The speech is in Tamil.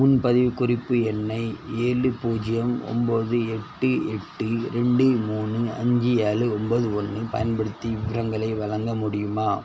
முன்பதிவு குறிப்பு எண்ணை ஏழு பூஜ்ஜியம் ஒம்பது எட்டு எட்டு ரெண்டு மூணு அஞ்சு ஏழு ஒம்பது ஒன்று பயன்படுத்தி விவரங்களை வழங்க முடியுமா